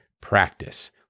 practice